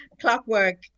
Clockwork